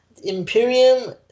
Imperium